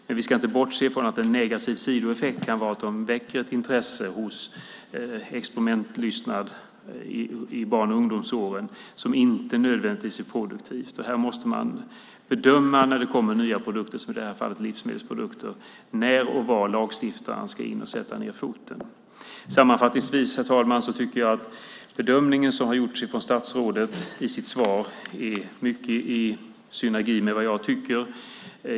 Men vi ska inte bortse från att en negativ sidoeffekt kan vara att de väcker intresse och experimentlystnad i barn och ungdomsåren, vilket inte nödvändigtvis är produktivt. När det kommer nya produkter, i det här fallet livsmedelsprodukter, måste man bedöma när och var lagstiftaren ska in och sätta ned foten. Herr talman! Sammanfattningsvis är bedömningen som har gjorts av statsrådet i hennes svar i synergi med vad jag tycker.